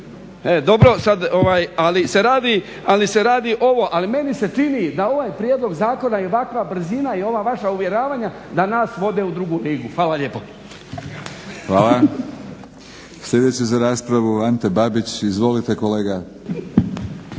E dobro sad, ali se radi ovo. Ali meni se čini da ovaj prijedlog zakona, ovakva brzina i ova vaša uvjeravanja da nas vode u drugu ligu. Hvala lijepo. **Batinić, Milorad (HNS)** Hvala. Sljedeći za raspravu Ante Babić, izvolite kolega.